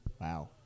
Wow